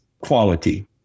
quality